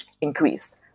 increased